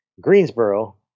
Greensboro